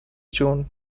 جون